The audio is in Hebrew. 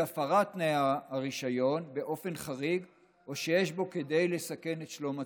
הפרת תנאי הרישיון באופן חריג או שיש בו כדי לסכן את שלום הציבור.